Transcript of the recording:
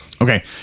Okay